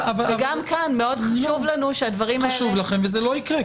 וגם כאן מאוד חשוב לנו שהדברים האלה --- חשוב לכם וזה לא יקרה,